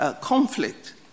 conflict